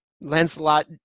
lancelot